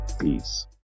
Peace